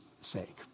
sake